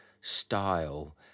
style